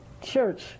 church